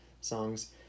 songs